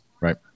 Right